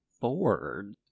bored